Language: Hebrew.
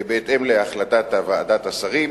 בהתאם להחלטת ועדת השרים.